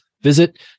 visit